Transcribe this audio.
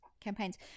campaigns